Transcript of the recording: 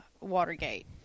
...Watergate